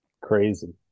Crazy